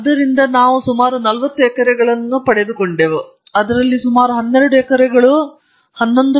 ಆದ್ದರಿಂದ ನಾವು ಸುಮಾರು 40 ಎಕರೆಗಳನ್ನು ಹೊಂದಿದ್ದವು ಅದರಲ್ಲಿ ಸುಮಾರು 12 ಎಕರೆಗಳು 11